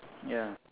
ya